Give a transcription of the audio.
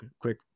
quick